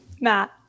Matt